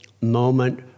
moment